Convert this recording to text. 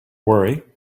worry